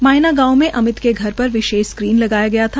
मायना गांव में अमित के घर घर विशेष स्क्रीन लगाया गया था